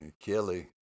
Kelly